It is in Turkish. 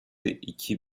iki